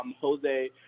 Jose